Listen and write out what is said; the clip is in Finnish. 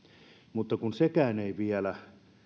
mutta kun sekään ei